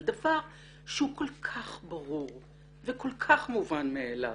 על דבר שהוא כל כך ברור וכל כך מובן מאליו.